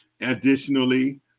Additionally